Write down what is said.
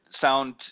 sound